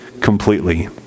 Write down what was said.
completely